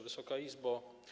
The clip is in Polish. Wysoka Izbo!